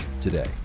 today